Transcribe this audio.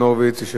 יושב-ראש הוועדה,